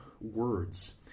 words